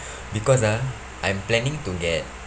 because ah I'm planning to get